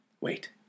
wait